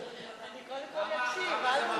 אני קודם כול אקשיב, ואז אני אדע.